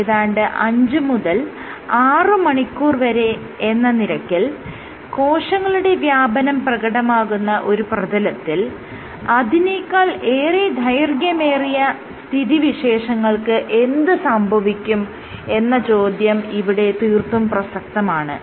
ഏതാണ്ട് 5 മുതൽ 6 മണിക്കൂർ വരെ എന്ന നിരക്കിൽ കോശങ്ങളുടെ വ്യാപനം പ്രകടമാകുന്ന ഒരു പ്രതലത്തിൽ അതിനേക്കാൾ ഏറെ ദൈർഘ്യമേറിയ സ്ഥിതിവിശേഷങ്ങൾക്ക് എന്ത് സംഭവിക്കും എന്ന ചോദ്യം ഇവിടെ തീർത്തും പ്രസക്തമാണ്